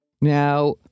Now